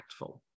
impactful